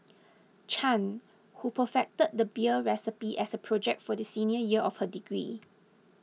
Chan who perfected the beer recipe as a project for the senior year of her degree